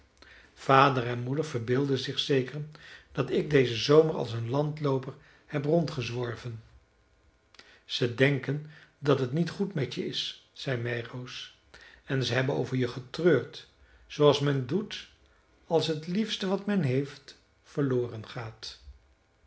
vader en moeder verbeelden zich zeker dat ik dezen zomer als een landlooper heb rondgezworven ze denken dat het niet goed met je is zei meiroos en ze hebben over je getreurd zooals men doet als het liefste wat men heeft verloren gaat